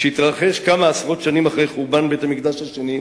שהתרחש כמה עשרות שנים אחרי חורבן בית-המקדש השני,